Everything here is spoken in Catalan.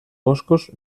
boscos